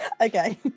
Okay